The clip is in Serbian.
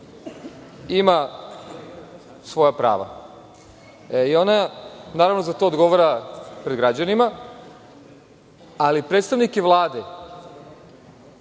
ima svoja prava. Ona za to odgovara pred građanima, ali predstavnike Vlade